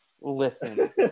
listen